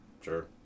sure